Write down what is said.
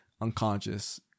unconscious